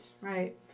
right